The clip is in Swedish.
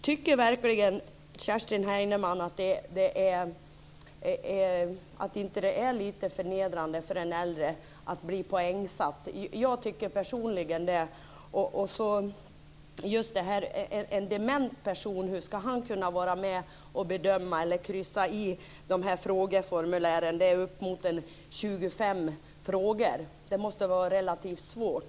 Tycker verkligen inte Kerstin Heinemann att det är lite förnedrande för en äldre människa att bli poängsatt? Det tycker jag personligen. Hur ska en dement person kunna vara med och bedöma detta och kryssa i de här frågeformulären? Det är uppemot 25 frågor. Jag anser att det måste vara relativt svårt.